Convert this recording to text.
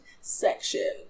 section